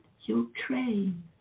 Ukraine